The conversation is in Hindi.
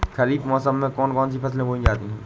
खरीफ मौसम में कौन कौन सी फसलें बोई जाती हैं?